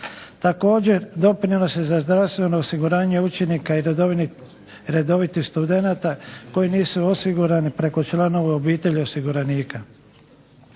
Također doprinosi za zdravstveno osiguranje učenika i redovitih studenata, koji nisu osigurani preko članova obitelji osiguranika.